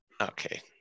Okay